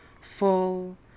full